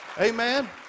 Amen